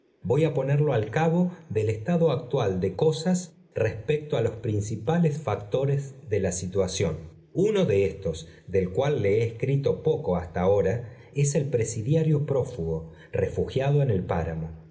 voy á ponerlo al cabo del estado actual de cosas respecto á los principales factores de la situación uno de éstos del cual le he escrito poco hasta ahora eis el presidiario prófugo refugiado en el páramo